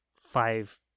five